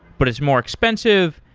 but it's more expensive.